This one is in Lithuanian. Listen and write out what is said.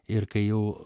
ir kai jau